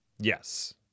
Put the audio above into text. Yes